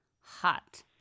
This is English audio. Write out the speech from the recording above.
hot